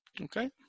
Okay